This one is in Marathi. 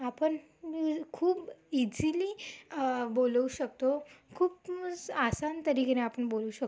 आपण खूप इझीली बोलवू शकतो खूप आसान तरिकेने आपण बोलवू शक